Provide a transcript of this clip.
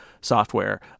software